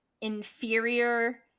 inferior